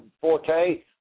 Forte